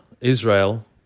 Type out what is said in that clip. Israel